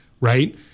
right